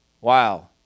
Wow